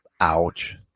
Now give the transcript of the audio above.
Ouch